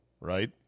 right